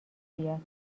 بیاد